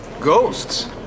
Ghosts